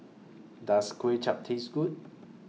Does Kway Chap Taste Good